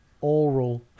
oral